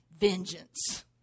Vengeance